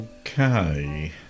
okay